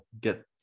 get